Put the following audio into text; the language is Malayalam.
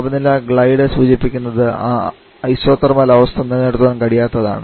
താപനില ഗ്ലൈഡ് സൂചിപ്പിക്കുന്നത് ആ ഐസോതെർമൽ അവസ്ഥ നിലനിർത്താൻ കഴിയാത്തതാണ്